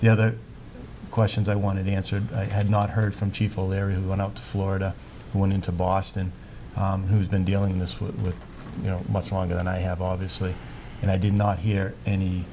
the other questions i wanted answered i had not heard from people there who went up to florida and went into boston who's been dealing this with you know much longer than i have obviously and i did not hear any